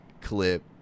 clip